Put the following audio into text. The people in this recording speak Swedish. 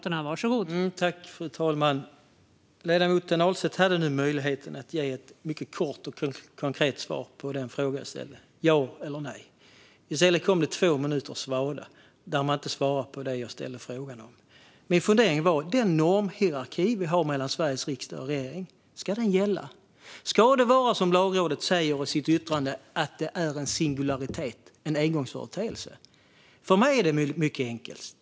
Fru talman! Ledamoten Ahlstedt hade nu möjligheten att ge ett mycket kort och konkret svar på den fråga jag ställde: ja eller nej. I stället kom det två minuters svada där man inte svarade på det jag frågade om. Min fundering var om normhierarkin mellan Sveriges riksdag och regering ska gälla. Ska det vara som Lagrådet säger i sitt yttrande - att det är en singularitet, en engångsföreteelse? För mig är det mycket enkelt.